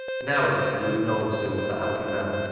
now it was luke knowles who was the happy man.